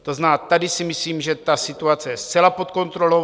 To znamená, tady si myslím, že ta situace je zcela pod kontrolou.